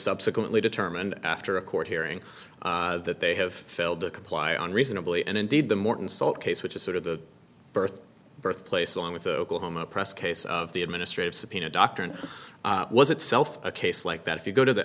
subsequently determined after a court hearing that they have failed to comply on reasonably and indeed the morton salt case which is sort of the birth birthplace along with the oklahoma press case of the administrative subpoena doctrine was itself a case like that if you go to the